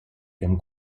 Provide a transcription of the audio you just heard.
ihrem